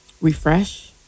refresh